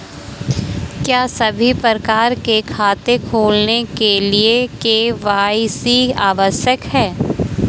क्या सभी प्रकार के खाते खोलने के लिए के.वाई.सी आवश्यक है?